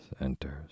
enters